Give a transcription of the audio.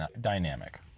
dynamic